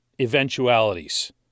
eventualities